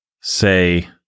say